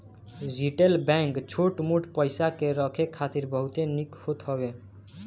retail bank छोट मोट पईसा के रखे खातिर बहुते निक होत हवे